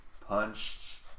Punched